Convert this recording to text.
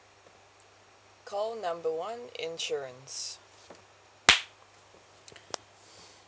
call number one insurance